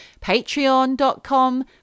Patreon.com